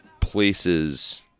places